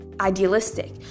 Idealistic